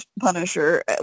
Punisher